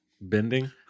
bending